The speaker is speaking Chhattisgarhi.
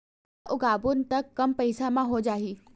का उगाबोन त कम पईसा म हो जाही?